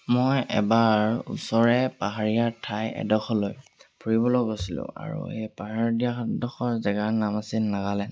মই এবাৰ ওচৰৰে পাহাৰীয়া ঠাই এডোখৰলৈ ফুৰিবলৈ গৈছিলোঁ আৰু সেই পাহাৰীয়াডোখৰ জেগাৰ নাম আছিল নাগালেণ্ড